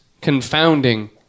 confounding